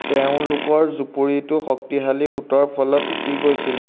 তেওঁলোকৰ জুপুৰিটো শক্তিশালী সোঁতৰ ফলত উটি গৈছিল